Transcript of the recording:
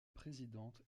présidente